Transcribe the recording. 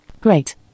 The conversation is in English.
great